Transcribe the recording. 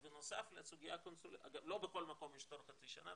לא בכל מקום יש תור של חצי שנה,